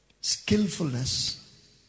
Skillfulness